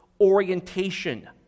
orientation